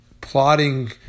plotting